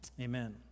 Amen